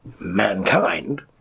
mankind